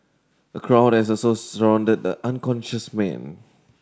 a crowd had also surrounded the unconscious man